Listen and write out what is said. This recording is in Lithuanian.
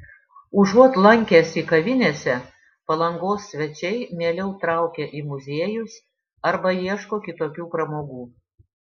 užuot lankęsi kavinėse palangos svečiai mieliau traukia į muziejus arba ieško kitokių pramogų